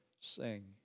sing